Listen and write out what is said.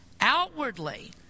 Outwardly